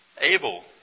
able